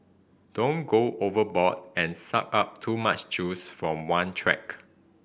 don't go overboard and suck up too much juice from one track